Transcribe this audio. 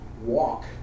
walk